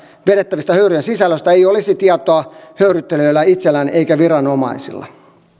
vedettävien höyryjen sisällöstä ei olisi tietoa höyryttelijöillä itsellään eikä viranomaisilla